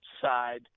side